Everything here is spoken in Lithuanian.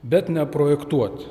bet ne projektuot